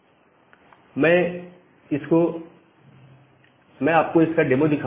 Refer Slide time 2509 मैं आपको इसका डेमो दिखाऊंगा